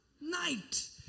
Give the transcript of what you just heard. night